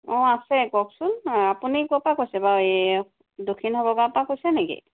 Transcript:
অ আছে কওকচোন আপুনি ক'ৰ পৰা কৈছে বাৰু এই দক্ষিণ হয়বৰ গাঁওৰ পৰা কৈছে নেকি